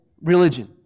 religion